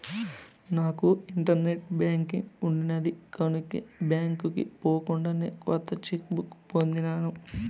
నాకు internet banking ఉండిన్నాది కనుకే బాంకీకి పోకుండానే కొత్త చెక్ బుక్ పొందినాను